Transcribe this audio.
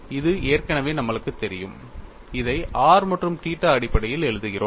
இது ஏற்கனவே நம்மளுக்குத் தெரியும் இதை r மற்றும் தீட்டா அடிப்படையில் எழுதுகிறோம்